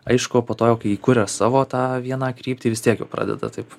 aišku po to jau kai kuria savo tą vieną kryptį vis tiek jau pradeda taip